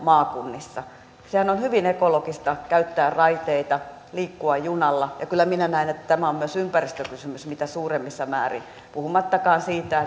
maakunnissa sehän on hyvin ekologista käyttää raiteita liikkua junalla ja kyllä minä näen että tämä on myös ympäristökysymys mitä suurimmassa määrin puhumattakaan siitä